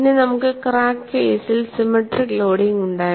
പിന്നെ നമുക്ക് ക്രാക്ക് ഫേസിൽ സിമെട്രിക് ലോഡിംഗ് ഉണ്ടായിരുന്നു